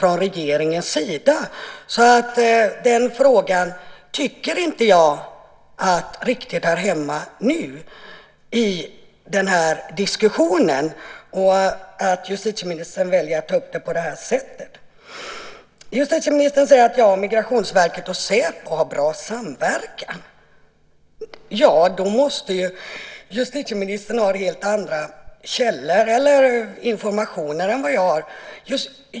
Jag tycker inte riktigt att den frågan hör hemma i den här diskussionen. Justitieministern säger att Migrationsverket och Säpo har en bra samverkan. Ja, då måste han ha helt andra källor eller informationer än vad jag har.